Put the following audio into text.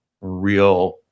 real